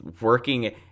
working